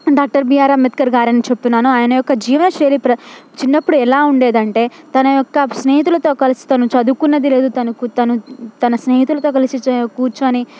doctor B R Ambedkar గారని చెబుతున్నాను ఆయన యొక్క జీవనశైలి ప్ర చిన్నప్పుడు ఎలా ఉండేది అంటే తన యొక్క స్నేహితులతో కలిసి తను చదువుకున్నది లేదు తను తను తన స్నేహితులతో కలిసి చే కూర్చొని